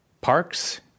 parks